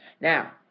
now